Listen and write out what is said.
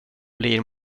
blir